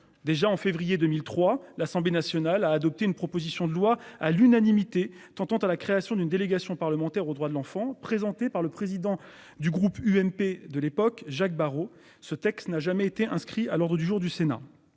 déjà, en février 2003, l'Assemblée nationale a adopté une proposition de loi à l'unanimité tant à la création d'une délégation parlementaire aux droits de l'enfant présenté par le président du groupe UMP de l'époque Jacques Barrot ce texte n'a jamais été inscrit à l'ordre du jour du Sénat